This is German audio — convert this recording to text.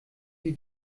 sie